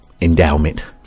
endowment